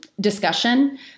discussion